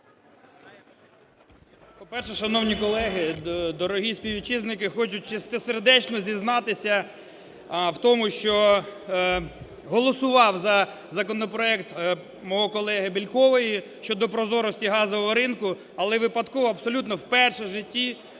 По-перше, шановні колеги, дорогі співвітчизники, хочу чистосердечно зізнатися в тому, що голосував за законопроект моєї колеги Бєлькової щодо прозорості газового ринку, але випадково абсолютно вперше в житті